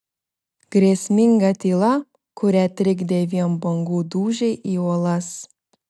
grėsminga tyla kurią trikdė vien bangų dūžiai į uolas